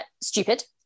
stupid